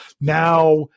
Now